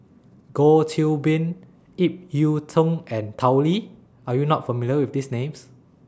Goh Qiu Bin Ip Yiu Tung and Tao Li Are YOU not familiar with These Names